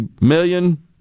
million